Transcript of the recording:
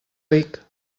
ric